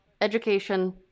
education